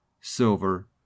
silver